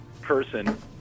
Person